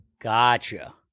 Gotcha